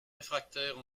réfractaires